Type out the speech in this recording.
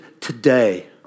today